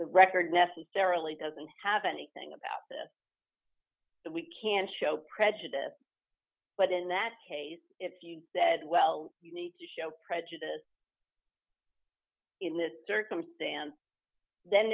record necessarily doesn't have anything about this that we can show prejudice but in that case if you said well you need to show prejudice in that circumstance then